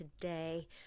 today